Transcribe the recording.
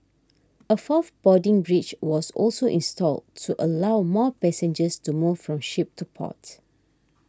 a fourth boarding bridge was also installed to allow more passengers to move from ship to port